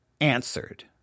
answered